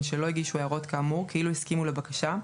שלא הגישו הערות כאמור כאילו הסכימו לבקשה,